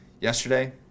yesterday